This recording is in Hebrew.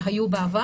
אלה שהיו בעבר,